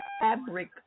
fabric